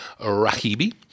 Rahibi